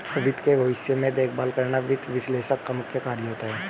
वित्त के भविष्य में देखभाल करना वित्त विश्लेषक का मुख्य कार्य होता है